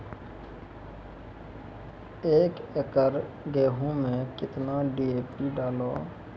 एक एकरऽ गेहूँ मैं कितना डी.ए.पी डालो?